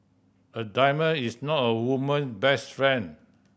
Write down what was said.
a diamond is not a woman best friend